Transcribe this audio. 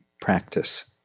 practice